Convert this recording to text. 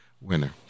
winner